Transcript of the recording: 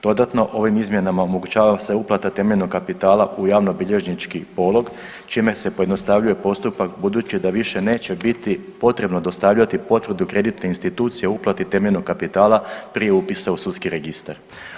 Dodatno, ovim izmjenama omogućava se uplata temeljnog kapitala u javnobilježnički polog čime se pojednostavljuje postupak budući da više neće biti potrebno dostavljati potvrdu kreditne institucije o uplati temeljnog kapitala prije upisa u sudski registar.